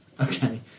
Okay